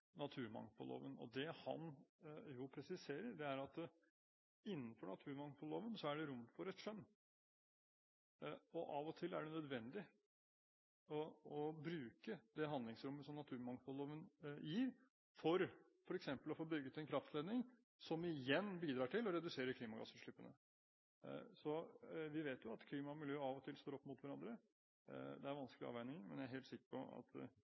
naturmangfoldloven. Det statsråden presiserer, er at innenfor naturmangfoldloven er det rom for skjønn. Av og til er det nødvendig å bruke det handlingsrommet som naturmangfoldloven gir for f.eks. å få bygd en kraftledning, som igjen bidrar til å redusere klimagassutslippene. Vi vet at klima og miljø av og til står opp mot hverandre. Det er vanskelige avveininger, men jeg er helt sikker på at